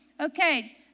Okay